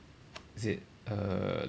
is it err